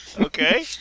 Okay